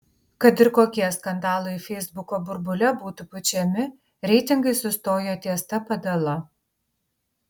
kad ir kokie skandalai feisbuko burbule būtų pučiami reitingai sustojo ties ta padala